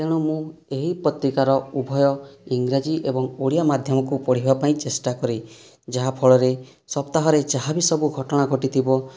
ତେଣୁ ମୁଁ ଏହି ପତ୍ରିକାର ଉଭୟ ଇଂରାଜୀ ଏବଂ ଓଡ଼ିଆ ମାଧ୍ୟମକୁ ପଢ଼ିବା ପାଇଁ ଚେଷ୍ଟା କରେ ଯାହାଫଳରେ ସପ୍ତାହରେ ଯାହା ବି ସବୁ ଘଟଣା ଘଟିଥିବ